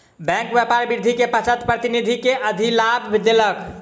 bank व्यापार वृद्धि के पश्चात प्रतिनिधि के अधिलाभ देलक